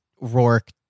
Rourke